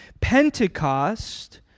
Pentecost